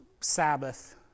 Sabbath